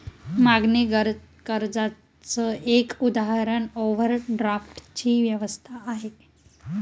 मागणी कर्जाच एक उदाहरण ओव्हरड्राफ्ट ची व्यवस्था आहे